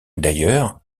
d’ailleurs